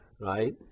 right